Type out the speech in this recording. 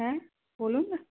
হ্যাঁ বলুন